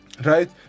Right